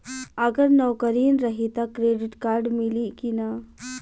अगर नौकरीन रही त क्रेडिट कार्ड मिली कि ना?